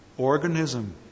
Organism